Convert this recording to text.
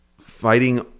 fighting